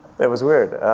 it was weird.